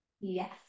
Yes